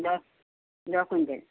দহ দহ কুইণ্টেল